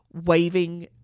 waving